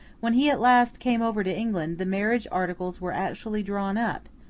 when he at last came over to england, the marriage articles were actually drawn up,